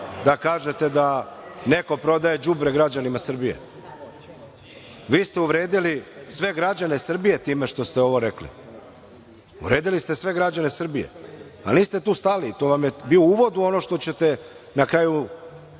da kažete da neko prodaje đubre građanima Srbije? Vi ste uvredili sve građane Srbije time što ste ovo rekli. Uvredili ste sve građane Srbije, ali niste tu stali, to vam je bio uvod u ono što ćete na kraju